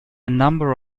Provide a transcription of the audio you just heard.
number